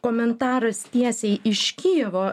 komentaras tiesiai iš kijevo